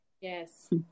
Yes